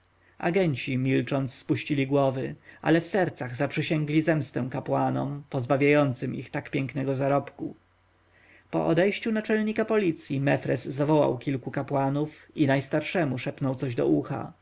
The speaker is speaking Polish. zdrowiu ajenci milcząc spuścili głowy ale w sercach zaprzysięgli zemstę kapłanom pozbawiającym ich tak pięknego zarobku po odejściu naczelnika policji mefres zawołał kilku kapłanów i najstarszemu szepnął coś do ucha